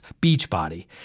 Beachbody